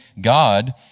God